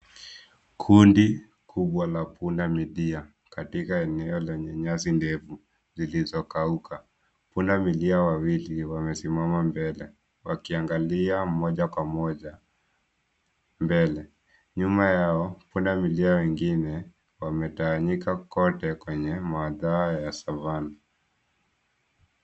Kundi kubwa la punda milia katika eneo lenye nyasi ndefu zilizokauka. Punda milia wawili wamesimama mbele wakiangalia moja kwa moja mbele, nyuma yao, punda milia wengine wametawanyika kote kwenye mhadhara ya savana.